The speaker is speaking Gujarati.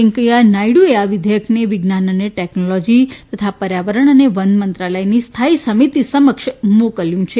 વેંકૈયા નાયડુએ આ વિધેયકને વિજ્ઞાન અને ટેકનોલોજી તથા પર્યાવરણ અને વન મંત્રાલયની સ્થાયી સમિતિ સમક્ષ મોકલ્યું છે